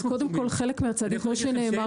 אז קודם כל, חלק מהצעדים, כמו שנאמר פה.